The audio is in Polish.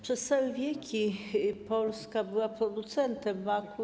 Przez całe wieki Polska była producentem maku.